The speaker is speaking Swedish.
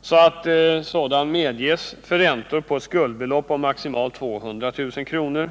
så att sådant medges för räntor på ett skuldbelopp på maximalt 200 000 kr.